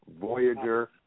Voyager